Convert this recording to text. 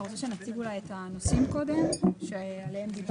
אתה רוצה שאני אציג את הנושאים קודם שעליהם דיברנו?